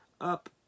Up